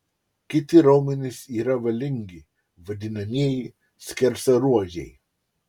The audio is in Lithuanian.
kiti raumenys yra valingi vadinamieji skersaruožiai